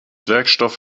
werkstoff